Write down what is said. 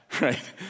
right